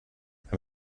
beim